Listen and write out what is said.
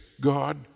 God